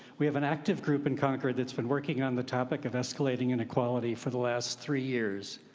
we have an active group in concord that's been working on the topic of escalating inequality for the last three years.